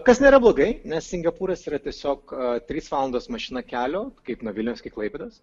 kas nėra blogai nes singapūras yra tiesiog trys valandos mašina kelio kaip nuo vilniaus iki klaipėdos